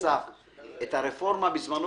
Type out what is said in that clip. אסף, את הרפורמה בזמנו